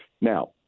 Now